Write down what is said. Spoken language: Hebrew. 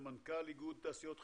ג'ינה כהן, מרצה בטכניון בנושא הגז,